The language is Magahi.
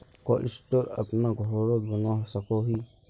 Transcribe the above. कोल्ड स्टोर अपना घोरोत बनवा सकोहो ही?